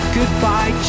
Goodbye